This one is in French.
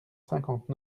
cinquante